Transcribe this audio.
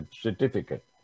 certificate